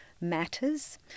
matters